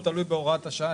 זה מאוד תלוי בהוראת השעה.